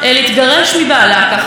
היא הבינה שמשהו לא בסדר.